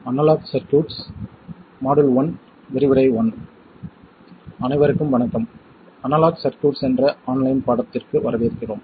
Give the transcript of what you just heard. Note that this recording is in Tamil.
அனைவருக்கும் வணக்கம் அனலாக் சர்க்யூட்ஸ் என்ற ஆன்லைன் பாடத்திற்கு வரவேற்கிறோம்